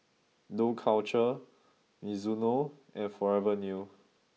Dough Culture Mizuno and Forever New